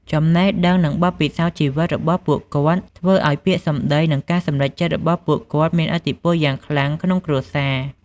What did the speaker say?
ចំណេះដឹង និងបទពិសោធន៍ជីវិតរបស់ពួកគាត់ ធ្វើឱ្យពាក្យសម្ដី និងការសម្រេចចិត្តរបស់ពួកគាត់មានឥទ្ធិពលយ៉ាងខ្លាំងក្នុងគ្រួសារ។